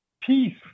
peace